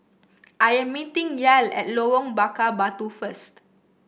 I am meeting Yael at Lorong Bakar Batu first